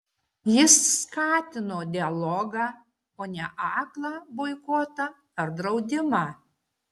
jis skatino dialogą o ne aklą boikotą ar draudimą